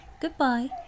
Goodbye